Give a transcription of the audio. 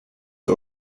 the